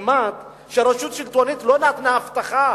כמעט מיזם שרשות שלטונית לא נתנה הבטחה